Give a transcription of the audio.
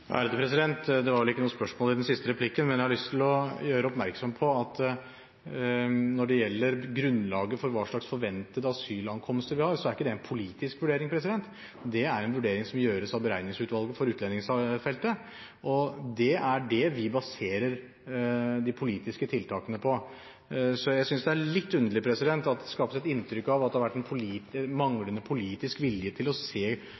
siste replikken, men jeg har lyst til å gjøre oppmerksom på at når det gjelder grunnlaget for hva som er forventet asylankomst i dag, er ikke det en politisk vurdering. Det er en vurdering som gjøres av beregningsutvalget for utlendingsfeltet, og det er det vi baserer de politiske tiltakene på. Så jeg synes det er litt underlig at det skapes et inntrykk av at det har vært en manglende politisk vilje til å se